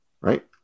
right